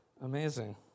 Amazing